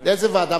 לאיזו ועדה?